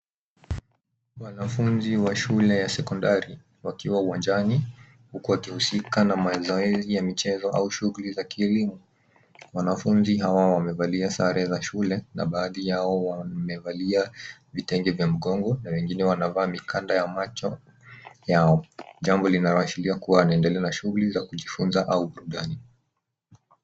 Wanafunzi wa shule ya sekondari wakiwa uwanjani huku wakihusika na mazoezi ya michezo au shughuli za kielimu. Wanafunzi hawa wamevalia sare za shule na baadhi yao wamevalia vitenge vya mgongo na wengine wanavaa mikanda ya macho yao jambo linaloashiria kuwa wanaendelea na shughuli ya kujifunza au burudani.